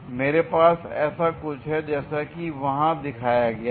मेरे पास ऐसा कुछ है जैसा कि वहां दिखाया गया है